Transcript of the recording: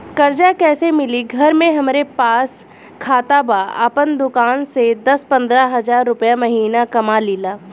कर्जा कैसे मिली घर में हमरे पास खाता बा आपन दुकानसे दस पंद्रह हज़ार रुपया महीना कमा लीला?